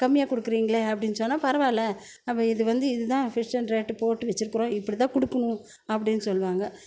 கம்மியாக கொடுக்குறீங்களே அப்படின்னு சொன்னால் பரவாயில்ல நம்ப இது வந்து இதுதான் ஃபிக்ஷன் ரேட்டு போட்டு வச்சிருக்கிறோம் இப்படிதான் கொடுக்குணும் அப்படின்னு சொல்வாங்க